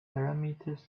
parameters